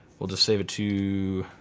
we'll just save it to